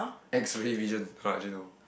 X-ray vision oh I didn't know